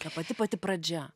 ta pati pati pradžia